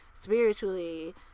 spiritually